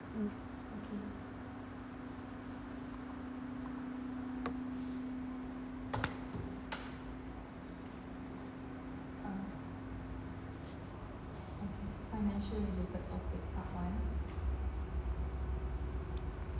mm okay uh okay financial related topic part one